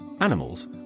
animals